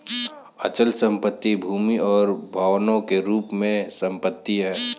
अचल संपत्ति भूमि और भवनों के रूप में संपत्ति है